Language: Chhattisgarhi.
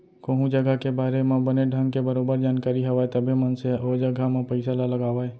कोहूँ जघा के बारे म बने ढंग के बरोबर जानकारी हवय तभे मनसे ह ओ जघा म पइसा ल लगावय